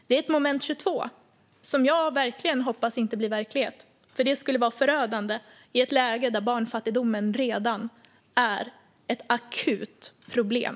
Det är ett moment 22 som jag verkligen hoppas inte blir verklighet, för det skulle vara förödande i ett läge där barnfattigdomen redan är ett akut problem.